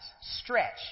stretch